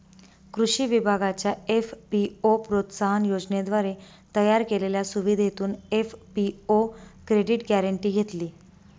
कृषी विभागाच्या एफ.पी.ओ प्रोत्साहन योजनेद्वारे तयार केलेल्या सुविधेतून एफ.पी.ओ क्रेडिट गॅरेंटी घेतली